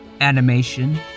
animation